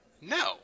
No